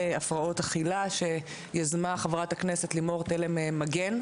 הפרעות אכילה שיזמה חברת הכנסת לימור תלם מגן.